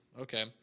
Okay